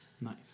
Nice